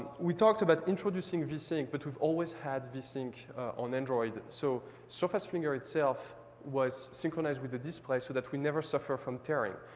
we talked about introducing vsync, but we've always had vsync on android. so surface flinger itself was synchronized with the display, so that we never suffer from tearing.